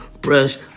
brush